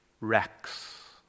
rex